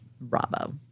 bravo